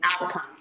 outcome